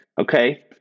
Okay